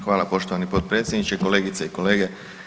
Hvala poštovani potpredsjedniče, kolegice i kolege.